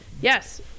Yes